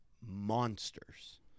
monsters